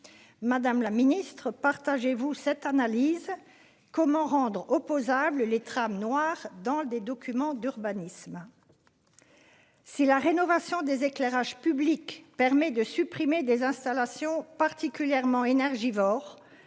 Madame la Ministre partagez-vous cette analyse comment rendre opposable les trams noirs dans des documents d'urbanisme. Si la rénovation des éclairages publics permet de supprimer des installations particulièrement énergivores.